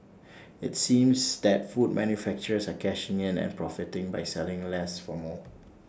IT seems that food manufacturers are cashing in and profiting by selling less for more